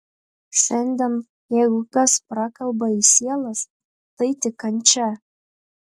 šiandien jeigu kas prakalba į sielas tai tik kančia